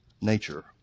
nature